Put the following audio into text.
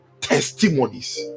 testimonies